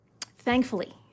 Thankfully